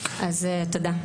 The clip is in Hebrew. אז תודה.